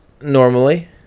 normally